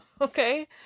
Okay